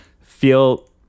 feel